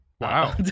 Wow